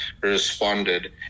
responded